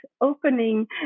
opening